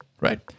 right